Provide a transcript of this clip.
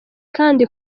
kandi